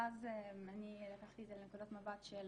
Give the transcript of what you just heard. ואז לקחתי את זה לנקודת מבט של